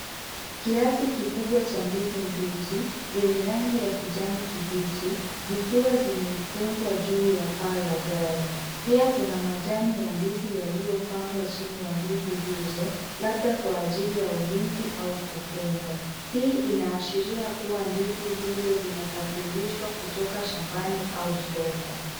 Kiasi kikubwa cha ndizi mbichi zenye rangi ya kijani kibichi zikiwa zimefungwa juu ya paa la gari, pia kuna majani ya ndizi yaliyopangwa chini ya ndizi hizo labda kwa ajili ya ulinzi au kufunga. Hii inaashiria kuwa ndizi hizo zinasafirishwa kutoka shambani au soko.